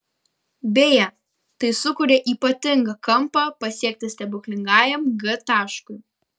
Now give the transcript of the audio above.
beje tai sukuria ypatingą kampą pasiekti stebuklingajam g taškui